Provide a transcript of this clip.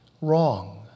wrong